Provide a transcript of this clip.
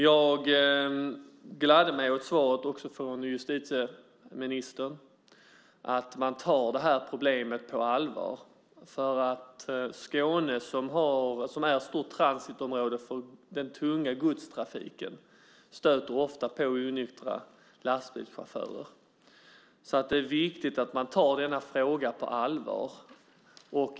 Jag gladde mig också åt svaret från justitieministern. Man tar det här problemet på allvar. I Skåne, som är ett stort transitområde för den tunga godstrafiken, stöter man ofta på onyktra lastbilschaufförer. Det är viktigt att man tar denna fråga på allvar.